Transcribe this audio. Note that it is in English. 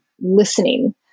listening